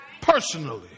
personally